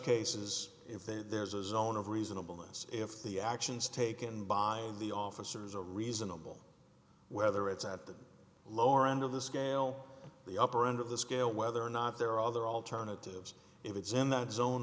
cases if there's a zone of reasonableness if the actions taken by the officers a reasonable whether it's at the lower end of the scale the upper end of the scale whether or not there are other alternatives if it's in that zone